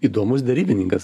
įdomus derybininkas